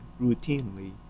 routinely